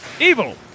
Evil